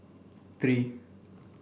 three